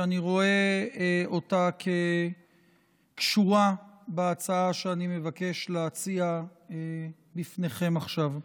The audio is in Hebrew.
שאני רואה אותה כקשורה בהצעה שאני מבקש להציע בפניכם עכשיו.